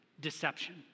deception